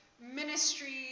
ministry